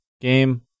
game